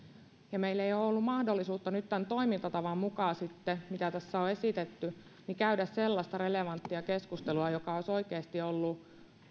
ja meillä ei ole ollut mahdollisuutta nyt tämän toimintavan mukaan mitä tässä on esitetty käydä sellaista relevanttia keskustelua joka olisi oikeasti ollut